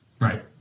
Right